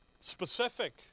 specific